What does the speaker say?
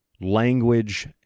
language